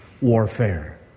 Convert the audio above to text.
warfare